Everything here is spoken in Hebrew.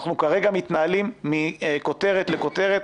אנחנו כרגע מתנהלים מכותרת לכותרת,